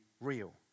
real